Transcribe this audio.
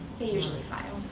they usually file.